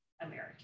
American